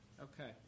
Okay